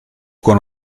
con